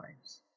lives